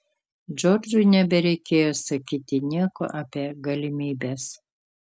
džordžui nebereikėjo sakyti nieko apie galimybes